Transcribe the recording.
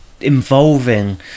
involving